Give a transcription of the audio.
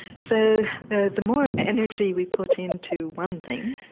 so the the more energy we put into one thing,